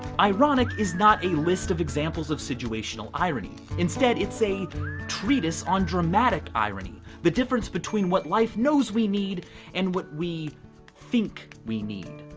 ironic is not a list of examples of situational irony. instead, it's a treatise on dramatic irony, the difference between what life knows we need and what we think we need.